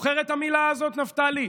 זוכר את המילה הזאת, נפתלי?